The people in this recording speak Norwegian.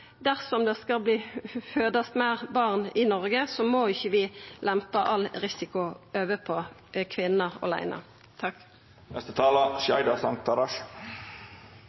Dersom det skal fødast fleire barn i Noreg, må vi ikkje lempa all risikoen over på